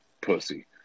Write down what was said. pussy